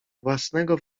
własnego